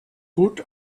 gut